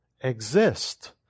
exist